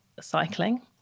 cycling